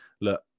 look